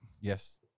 Yes